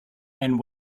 and